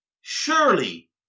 Surely